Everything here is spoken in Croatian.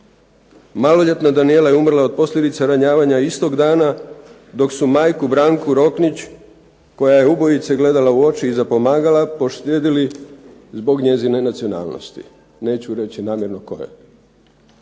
Maloljetna Danijela je umrla od posljedica ranjavanja istog dana, dok su majku Branku Roknić koja je ubojice gledala u oči i zapomagala poštedili zbog njezine nacionalnosti." Neću reći namjerno koje,